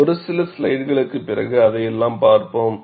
ஒரு சில ஸ்லைடுகளுக்குப் பிறகு அதையெல்லாம் பார்ப்போம்